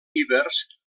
ibers